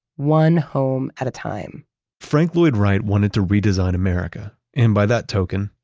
one home at a time frank lloyd wright wanted to redesign america and by that token,